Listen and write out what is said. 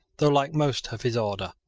though, like most of his order,